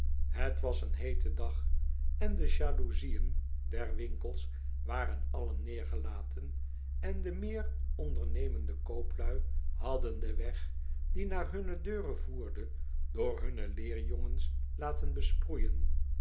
het was een heete dag en de jaloezieën der winkels waren allen neergelaten en do moer ondernemende kooplui hadden den weg dienaar hunne deuren voerde door hunne leerjongens laten besproeien